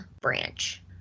branch